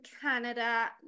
Canada